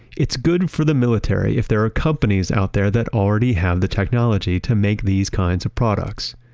it's good for the military if there are companies out there that already have the technology to make these kinds of products.